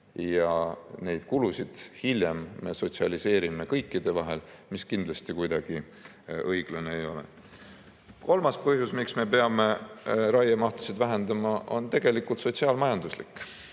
Neid kulusid me hiljem aga sotsialiseerime kõikide vahel, mis kindlasti kuidagi õiglane ei ole. Kolmas põhjus, miks me peame raiemahtusid vähendama, on sotsiaal-majanduslik.